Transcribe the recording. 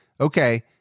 okay